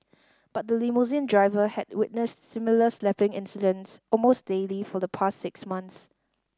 but the limousine driver had witnessed similar slapping incidents almost daily for the past six months